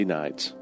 nights